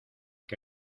que